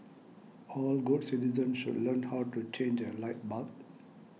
all good citizens should learn how to change a light bulb